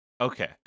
Okay